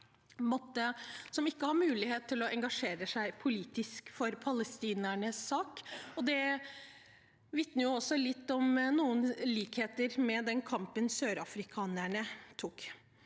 som ikke har mulighet til å engasjere seg politisk for palestinernes sak, og det vitner også litt om og har noen likheter med den kampen sørafrikanerne tok.